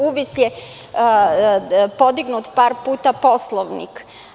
U vis je podignut par puta Poslovnik.